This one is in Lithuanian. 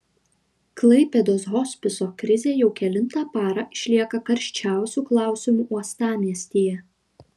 klaipėdos hospiso krizė jau kelintą parą išlieka karščiausiu klausimu uostamiestyje